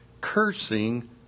cursing